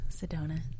Sedona